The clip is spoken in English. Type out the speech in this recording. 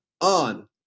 on